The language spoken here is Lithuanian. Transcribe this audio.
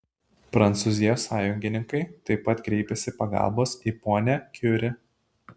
prancūzijos sąjungininkai taip pat kreipiasi pagalbos į ponią kiuri